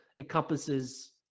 encompasses –